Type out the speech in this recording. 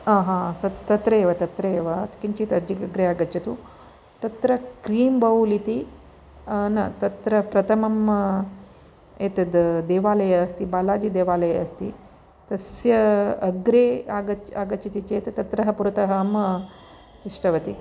हा हा स तत्रैव तत्रैव किञ्चित् अग्रे आगच्छतु तत्र क्रीम्बौल् इति न तत्र प्रथमम् एतत् देवालयः अस्ति बालाजि देवालयः अस्ति तस्य अग्रे आगच्छति चेत् तत्र पुरतः अहं तिष्ठवती